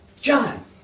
John